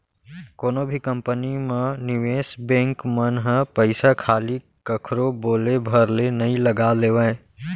कोनो भी कंपनी म निवेस बेंक मन ह पइसा खाली कखरो बोले भर ले नइ लगा लेवय